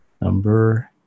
Number